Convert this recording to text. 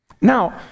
Now